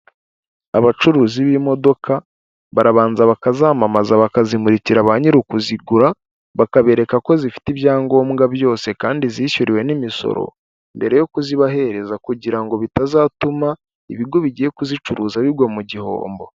Abacuruzi b'imodoka, barabanza bakazamamaza bakazimurikira ba nyiri ukuzigura, bakabereka ko zifite ibyangombwa byose kandi zishyuriwe n'imisoro, mbere yo kuzibahereza kugira ngo bitazatuma ibigo bigiye kuzicuruza bigwa mu gihombo.